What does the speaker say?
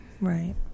Right